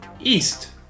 East